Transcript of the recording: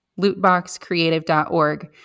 lootboxcreative.org